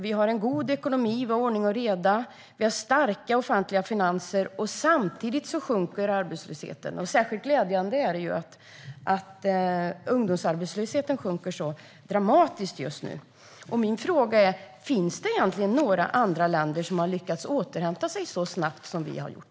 Vi har en god ekonomi, vi har ordning och reda och vi har starka offentliga finanser. Samtidigt sjunker arbetslösheten. Särskilt glädjande är det att ungdomsarbetslösheten sjunker dramatiskt just nu. Min fråga är: Finns det några andra länder som har lyckats återhämta sig så snabbt som vi har gjort?